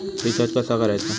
Recharge कसा करायचा?